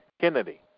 Kennedy